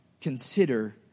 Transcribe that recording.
consider